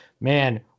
Man